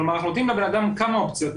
כלומר אנחנו נותנים לבן אדם כמה אופציות,